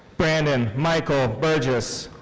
brandon michael burgess.